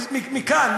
מכאן,